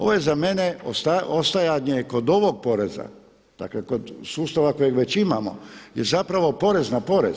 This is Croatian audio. Ovo je za mene ostajanje kod ovog poreza, dakle kod sustava kojeg već imamo je zapravo porez na porez.